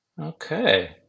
Okay